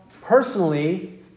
personally